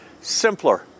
simpler